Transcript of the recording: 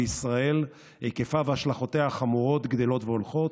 בישראל היקפה והשלכותיה החמורות גדלות והולכות.